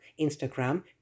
Instagram